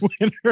winner